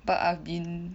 but I've been